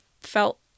felt